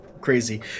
crazy